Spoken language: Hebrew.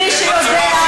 מי שיודע,